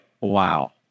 wow